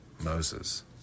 Moses